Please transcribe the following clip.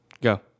Go